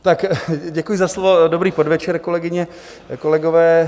Tak děkuji za slovo, dobrý podvečer, kolegyně, kolegové.